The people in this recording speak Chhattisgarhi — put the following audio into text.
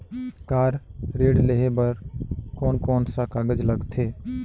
कार ऋण लेहे बार कोन कोन सा कागज़ लगथे?